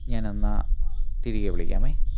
ഞാൻ എന്നാൽ തിരികെ വിളിക്കാം